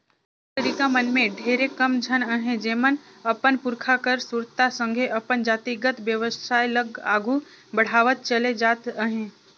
नावा लरिका मन में ढेरे कम झन अहें जेमन अपन पुरखा कर सुरता संघे अपन जातिगत बेवसाय ल आघु बढ़ावत चले जात अहें